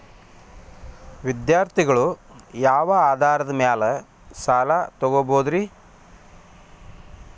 ವಿದ್ಯಾರ್ಥಿಗಳು ಯಾವ ಆಧಾರದ ಮ್ಯಾಲ ಸಾಲ ತಗೋಬೋದ್ರಿ?